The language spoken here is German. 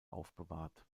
aufbewahrt